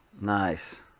Nice